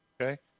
Okay